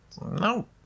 no